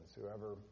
Whoever